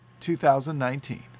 2019